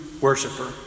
worshiper